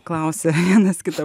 klausia vienas kito